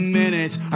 minutes